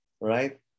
right